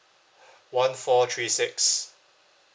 one four three six